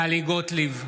טלי גוטליב,